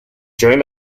during